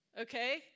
okay